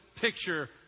picture